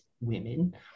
Women